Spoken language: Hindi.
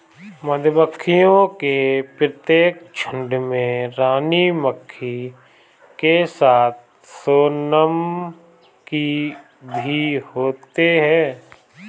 मधुमक्खियों के प्रत्येक झुंड में रानी मक्खी के साथ सोनम की भी होते हैं